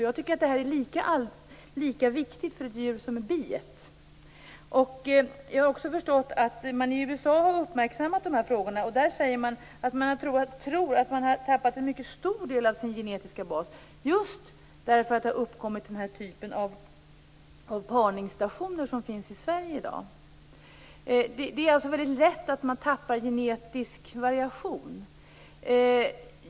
Jag tycker att detta är lika viktigt för ett djur som biet. Jag har också förstått att man i USA har uppmärksammat dessa frågor. Där tror man att man har tappat en mycket stor del av sin genetiska bas just därför att denna typ av parningsstationer som finns i Sverige i dag har uppkommit. Det är alltså väldigt lätt att man tappar genetisk variation.